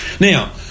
Now